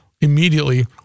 immediately